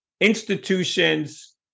institutions